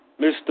Mr